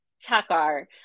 Takar